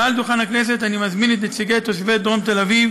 מעל דוכן הכנסת אני מזמין את נציגי תושבי דרום תל-אביב